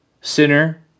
Sinner